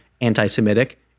anti-Semitic